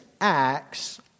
acts